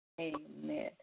Amen